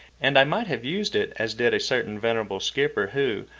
and i might have used it as did a certain venerable skipper, who,